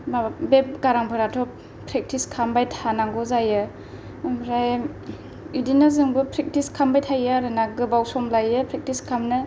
माबा बे गारांफोराथ' प्रेक्टिस खालामबाय थानांगौ जायो ओमफ्राय इदिनो जोंबो प्रेक्टिस खालामबाय थायो आरोना गोबाव सम लायो प्रेक्टिस खालामनो